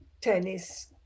tennis